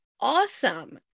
awesome